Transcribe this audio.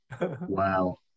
Wow